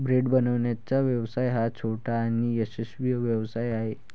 bread बनवण्याचा व्यवसाय हा छोटा आणि यशस्वी व्यवसाय आहे